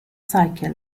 cycle